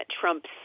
Trump's